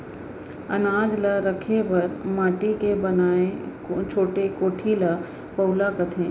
अनाज ल रखे बर माटी के बनाए छोटे कोठी ल पउला कथें